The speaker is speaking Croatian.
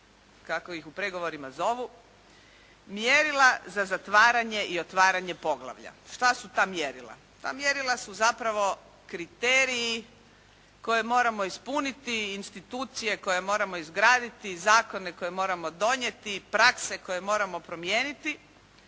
kako ih u pregovorima zovu, mjerilima za otvaranje i zatvaranje poglavlja. Šta su ta mjerila? Ta mjerila su zapravo kriteriji koje moramo ispuniti i institucije koje moramo izgraditi, zakone koje moramo donijeti, prakse koje moramo promijeniti